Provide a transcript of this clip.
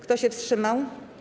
Kto się wstrzymał?